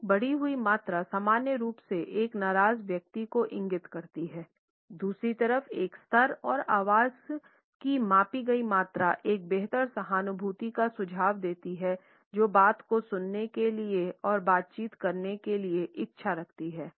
एक बढ़ी हुई मात्रा सामान्य रूप से एक नाराज़ व्यक्ति को इंगित करती है दूसरी तरफ एक स्तर और आवाज़ की मापी गई मात्रा एक बेहतर सहानुभूति का सुझाव देती है जो बात को सुनने के लिए और बातचीत करने के लिए इच्छा रखती है